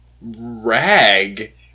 Rag